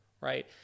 right